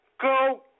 go